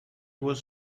was